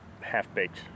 half-baked